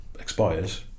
expires